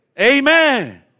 Amen